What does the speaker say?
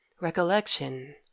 recollection